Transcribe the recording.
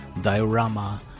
Diorama